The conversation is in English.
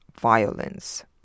violence